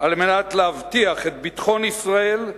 על מנת להבטיח את ביטחון ישראל,